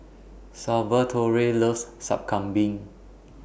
Salvatore loves Sup Kambing